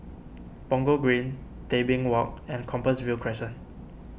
Punggol Green Tebing Walk and Compassvale Crescent